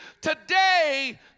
today